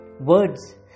words